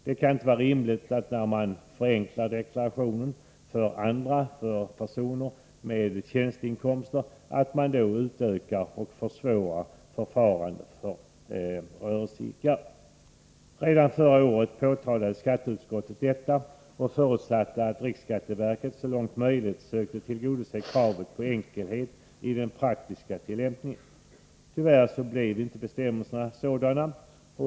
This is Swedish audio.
Det kan inte vara rimligt att man samtidigt som man förenklar deklarationsförfarandet för personer med tjänsteinkomster utökar och försvårar förfarandet när det gäller rörelseidkare. Redan förra året påtalade skatteutskottet detta och förutsatte att riksskatteverket så långt det är möjligt skulle söka tillgodose kravet på enkelhet i den praktiska tillämpningen. Tyvärr blev inte bestämmelserna enkla.